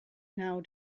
now